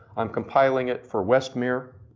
i'm compiling it for westmere,